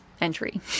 entry